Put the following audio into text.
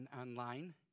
online